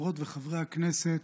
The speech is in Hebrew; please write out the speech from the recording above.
חברות וחברי הכנסת,